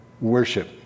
worship